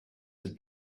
had